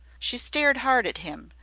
she stared hard at him,